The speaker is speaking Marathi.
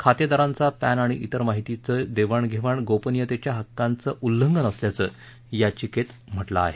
खातेदारांचा पॅन आणि तिर माहितीचं देवाणघेवाण गोपनीयतेच्या हक्कांचं उल्लंघन असल्याचं याचिकेत म्हटलं आहे